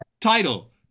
title